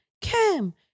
Kim